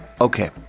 Okay